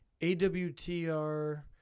AWTR